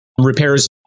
repairs